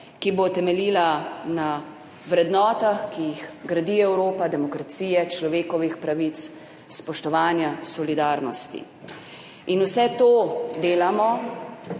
ki bo temeljila na vrednotah, ki jih gradi Evropa, demokracije, človekovih pravic, spoštovanja, solidarnosti. Vse to delamo,